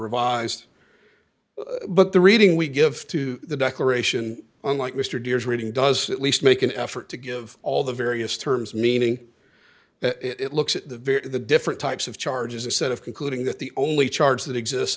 revised but the reading we give to the declaration unlike mr deers reading does at least make an effort to give all the various terms meaning it looks at the very the different types of charges a set of concluding that the only charge that exist